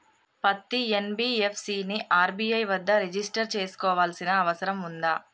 పత్తి ఎన్.బి.ఎఫ్.సి ని ఆర్.బి.ఐ వద్ద రిజిష్టర్ చేసుకోవాల్సిన అవసరం ఉందా?